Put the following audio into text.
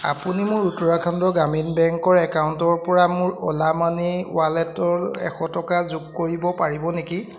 আপুনি মোৰ উত্তৰাখণ্ড গ্ৰামীণ বেংকৰ একাউণ্টৰপৰা মোৰ অ'লা মানিৰ ৱালেটত এশ টকা যোগ কৰিব পাৰিব নেকি